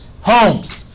homes